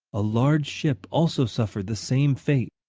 a large ship also suffered the same fate.